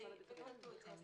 וקלטו את זה.